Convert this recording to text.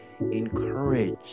encourage